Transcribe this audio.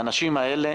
האנשים האלה